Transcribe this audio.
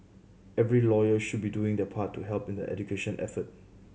every lawyer should be doing their part to help in the education effort